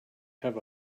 have